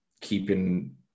keeping